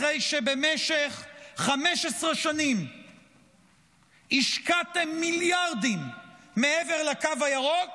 אחרי שבמשך 15 שנים השקעתם מיליארדים מעבר לקו הירוק